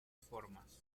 formas